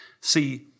See